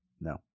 No